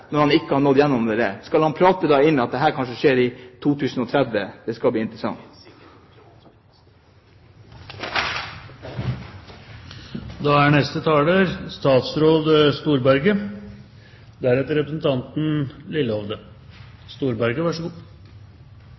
når han ikke har nådd gjennom med dette. Skal han prate inn at det kanskje skjer i 2030? Det skal bli interessant. Hvis det kan hjelpe med noen fakta, skal jeg prøve å bistå med det. Representanten